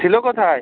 ছিলো কোথায়